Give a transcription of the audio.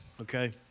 okay